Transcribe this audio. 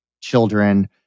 children